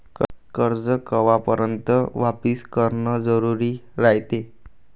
कर्ज कवापर्यंत वापिस करन जरुरी रायते?